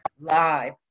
live